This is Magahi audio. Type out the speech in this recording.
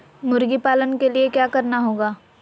मुर्गी पालन के लिए क्या करना होगा?